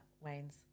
wayne's